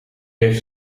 heeft